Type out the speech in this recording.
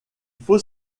faut